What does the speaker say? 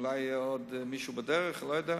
אולי יהיה עוד מישהו בדרך, אני לא יודע.